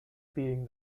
being